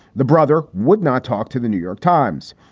the brother would not talk to the new york times.